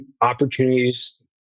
opportunities